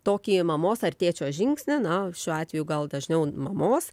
tokį mamos ar tėčio žingsnį na šiuo atveju gal dažniau mamos